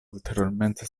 ulteriormente